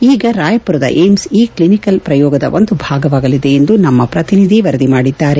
ಈ ರಾಯಪುರದ್ ಏಮ್ಸ್ ಈ ಕ್ಷಿನಿಕಲ್ ಪ್ರಯೋಗದ ಒಂದು ಭಾಗವಾಗಲಿದೆ ಎಂದು ನಮ್ನ ಪ್ರತಿನಿಧಿ ವರದಿ ಮಾಡಿದ್ದಾರೆ